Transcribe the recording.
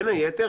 בין היתר,